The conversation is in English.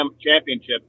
championship